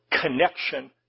connection